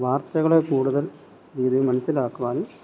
വാർത്തകളെ കൂടുതൽ രീതിയിൽ മനസ്സിലാക്കുവാനും